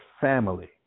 family